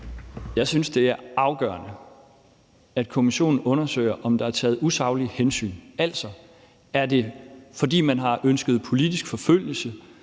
Jeg synes, det er afgørende, at kommissionen undersøger, om der er taget usaglige hensyn. Altså, er det, fordi man har ønsket politisk forfølgelse